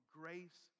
grace